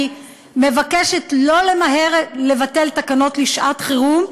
אני מבקשת לא למהר לבטל תקנות לשעות-חירום,